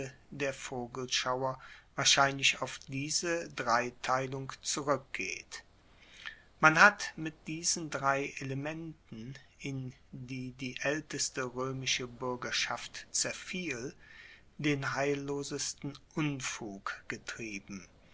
der vogelschauer wahrscheinlich auf diese dreiteilung zurueckgeht man hat mit diesen drei elementen in die die aelteste roemische buergerschaft zerfiel den heillosesten unfug getrieben